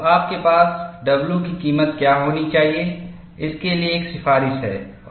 तो आपके पास w की कीमत क्या होनी चाहिए इसके लिए एक सिफारिश है